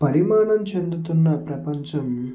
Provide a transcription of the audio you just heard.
పరిమాణం చెందుతున్న ప్రపంచం